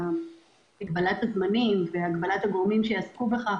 מגבלת הזמנים ומגבלת הגורמים שיעסקו בכך,